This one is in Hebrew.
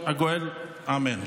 גואל לציון, אמן.